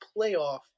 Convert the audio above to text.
playoff